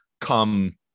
come